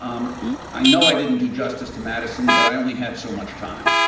um i know i didn't do justice to madison, but i only had so much time.